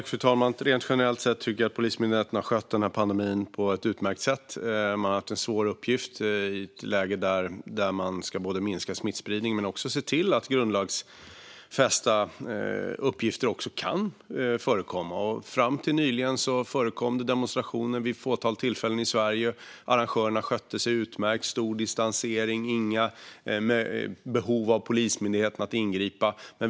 Fru talman! Rent generellt tycker jag att Polismyndigheten har skött pandemin på ett utmärkt sätt. Man har haft en svår uppgift i ett läge där man ska både minska smittspridning och se till att grundlagsfästa rättigheter kan utövas. Fram till nyligen förekom det vid ett fåtal tillfällen demonstrationer i Sverige. Arrangörerna skötte sig utmärkt. Det rådde stor distansering, och det fanns inget behov av ingripande från Polismyndigheten.